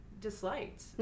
disliked